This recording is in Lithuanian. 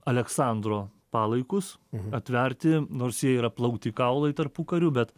aleksandro palaikus atverti nors jie yra plauti kaulai tarpukariu bet